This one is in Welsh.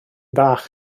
bach